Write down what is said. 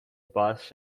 bus